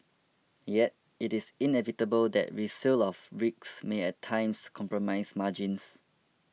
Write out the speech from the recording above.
yet it is inevitable that resale of rigs may at times compromise margins